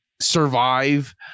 survive